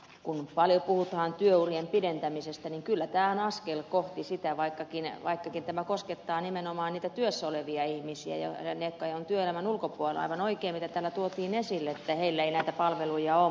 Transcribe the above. kun paljon puhutaan työurien pidentämisestä niin kyllä tämä on askel kohti sitä vaikkakin tämä koskettaa nimenomaan niitä työssä olevia ihmisiä niille jotka ovat työelämän ulkopuolella aivan oikein se mitä täällä tuotiin esille ei näitä palveluja ole